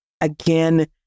again